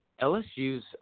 LSU's